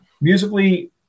musically